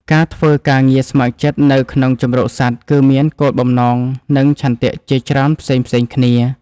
ការធ្វើការងារស្ម័គ្រចិត្តនៅក្នុងជម្រកសត្វ គឺមានគោលបំណង និងឆន្ទៈជាច្រើនផ្សេងៗគ្នា។